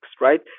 right